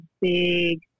big